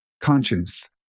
Conscience